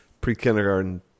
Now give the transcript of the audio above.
pre-kindergarten